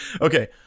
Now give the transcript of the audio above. Okay